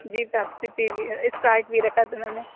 جی Pepsi پی لیا Sprite پی رکھا تھا میں نے